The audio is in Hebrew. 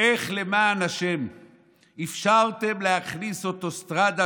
איך למען השם אפשרתם להכניס אוטוסטרדה